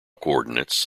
coordinates